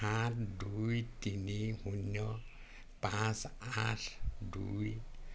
সাত দুই তিনি শূন্য পাঁচ আঠ দুই